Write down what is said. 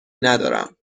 ندارم